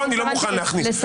פה אני לא מוכן להכניס את זה.